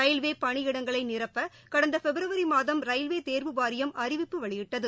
ரயில்வேபணியிடங்களைநிரப்பகடந்தபிப்ரவரிமாதம் ரயில்வேதேர்வு வாரியம் அறிவிப்பு வெளியிட்டது